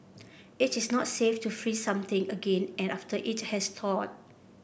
it is not safe to freeze something again and after it has thawed